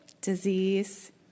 disease